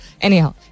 Anyhow